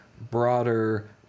broader